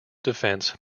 defense